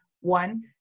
one